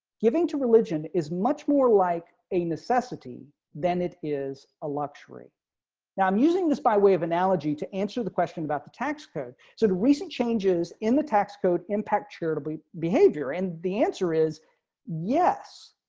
giving to religion is much more like a necessity than it is a luxury now i'm using this by way of analogy to answer the question about the tax code. so the recent changes in the tax code impact charitable behavior. and the answer is yes.